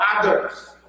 others